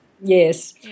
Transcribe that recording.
Yes